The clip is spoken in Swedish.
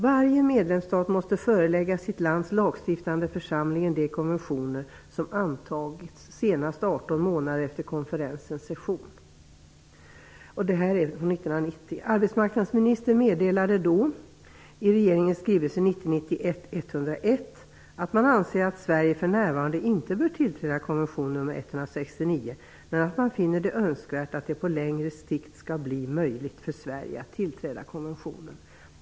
Varje medlemsstat måste förelägga sitt lands lagstiftande församling de konventioner som antagits senast 18 månader efter konferensens session. Det var Sverige för närvarande inte bör tillträda konvention 169 men att man finner det önskvärt att det på längre sikt skall bli möjligt för Sverige att tillträda konventionen.